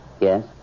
Yes